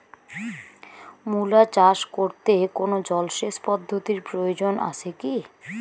মূলা চাষ করতে কোনো জলসেচ পদ্ধতির প্রয়োজন আছে কী?